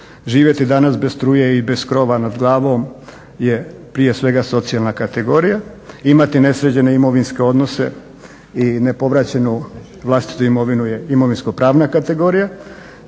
živjeti danas bez struje i bez krova nad glavom je prije svega socijalna kategorija, imati nesređene imovinske odnose i nepovraćenu vlastitu imovinu je imovinsko-pravna kategorija.